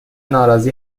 ناراضی